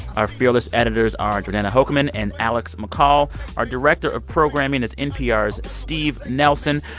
our fearless editors are jordana hochman and alex mccall. our director of programming is npr's steve nelson.